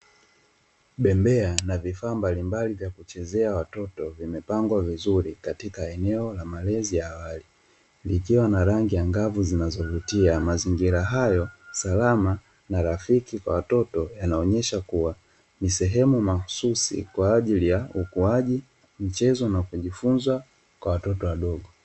Bembea na vifaa mbalimbali vya kuchezea watoto, vimepangwa vizuri katika eneo la malezi ya awali, likiwa na rangi angavu zinazovutia. Mazingira hayo salama na rafiki kwa watoto yanaonyesha kuwa ni sehemu mahususi kwa ajili ya ukuaji, michezo na kujifunza kwa watoto wadogo.